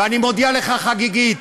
ואני מודיע לך חגיגית,